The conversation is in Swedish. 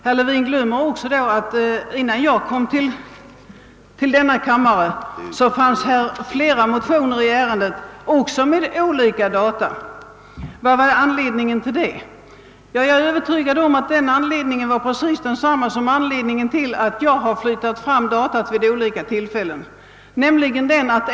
Han glömmer då att det innan jag kom till denna kammare hade väckts flera motioner i samma fråga, också med olika data. Vad var anledningen till detta? Jag är övertygad om att den var precis densamma som till att jag har flyttat fram datum vid olika tillfällen.